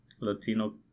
Latino